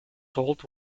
salt